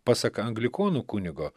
pasak anglikonų kunigo